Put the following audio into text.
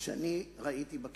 מה היתה הבעיה שראיתי בקריטריונים.